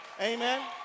Amen